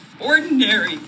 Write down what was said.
ordinary